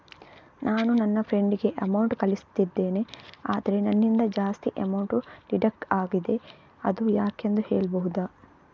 ನಾನು ನನ್ನ ಫ್ರೆಂಡ್ ಗೆ ಅಮೌಂಟ್ ಕಳ್ಸಿದ್ದೇನೆ ಆದ್ರೆ ನನ್ನಿಂದ ಜಾಸ್ತಿ ಅಮೌಂಟ್ ಡಿಡಕ್ಟ್ ಆಗಿದೆ ಅದು ಯಾಕೆಂದು ಹೇಳ್ಬಹುದಾ?